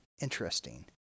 interesting